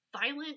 violent